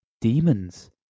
Demons